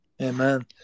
amen